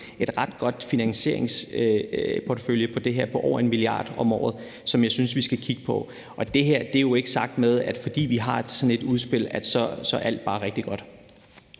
en ret god finansieringsportefølje til det her på over 1 mia. kr. om året, som jeg også synes at vi skal kigge på. Og jeg har jo ikke sagt, at fordi vi er kommet med sådan et udspil, så er alt bare rigtig godt.